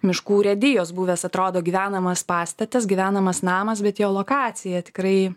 miškų urėdijos buvęs atrodo gyvenamas pastatas gyvenamas namas bet jo lokacija tikrai